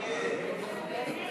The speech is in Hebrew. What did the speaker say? ההצעה